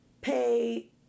pay